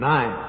Nine